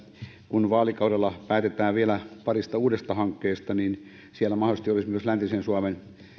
kun vaalikaudella päätetään vielä parista uudesta hankkeesta niin siellä mahdollisesti olisi myös läntisen suomen